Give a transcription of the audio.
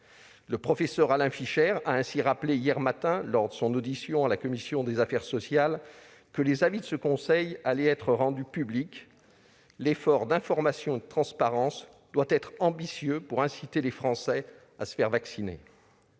Le professeur Alain Fischer a ainsi rappelé hier matin, lors de son audition par notre commission des affaires sociales, que les avis de ce conseil allaient être rendus publics. L'effort d'information et de transparence doit être ambitieux, pour inciter les Français à se faire vacciner.